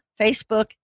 Facebook